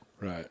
Right